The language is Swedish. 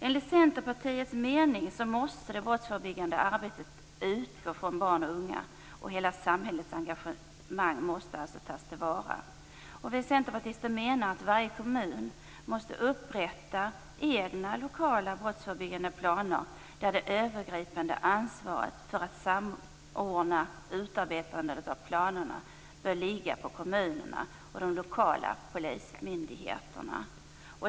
Vi i Centerpartiet menar att det brottsförebyggande arbetet måste utgå från barn och unga. Hela samhällets engagemang måste alltså tas till vara. Vi centerpartister menar att varje kommun måste upprätta egna lokala brottsförebyggande planer där det övergripande ansvaret för att samordna utarbetandet av planerna bör ligga på kommunerna och de lokala polismyndigheterna.